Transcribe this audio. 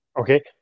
Okay